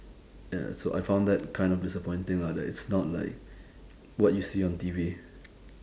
ya so I found that kind of disappointing lah that it's not like what you see on T_V